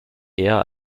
eher